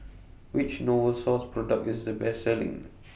Which Novosource Product IS The Best Selling